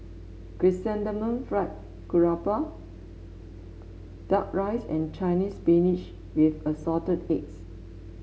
Chrysanthemum Fried Garoupa duck rice and Chinese Spinach with Assorted Eggs